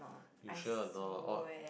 you sure or not odd